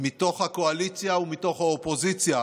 מתוך הקואליציה ומתוך האופוזיציה